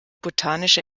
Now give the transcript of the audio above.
botanische